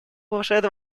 повышают